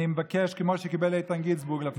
אני מבקש כמו שקיבל איתן גינזבורג לפחות.